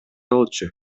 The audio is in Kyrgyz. болчу